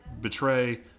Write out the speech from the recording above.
betray